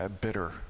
Bitter